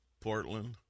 Portland